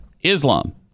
Islam